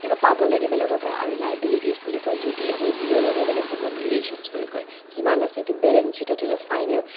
কিবা পাব লাগে বেলেগৰ পৰা আৰু লাইবিলিটিচ্ বুলি কয় যদি আমি দিব লাগে বেলেগক অব্লিগেশ্যনচ্ বুলি কয় কিমান আছে এইটো বেলেঞ্চ শ্বীটত সিহঁতৰ ফাইনেল